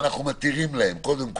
השאלה אם אנחנו מתירים להם, קודם כל.